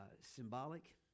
symbolic